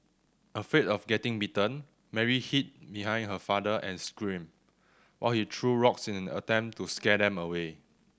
afraid of getting bitten Mary hid behind her father and screamed while he threw rocks in an attempt to scare them away